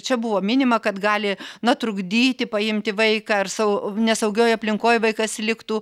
čia buvo minima kad gali na trukdyti paimti vaiką ar savo nesaugioj aplinkoj vaikas liktų